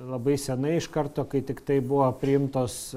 labai senai iš karto kai tiktai buvo priimtos